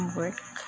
work